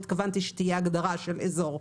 התכוונתי שתהיה הגדרה של אזור.